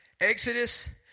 Exodus